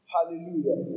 Hallelujah